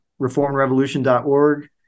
reformrevolution.org